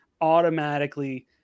automatically